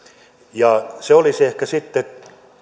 todella että se olisi ehkä sitten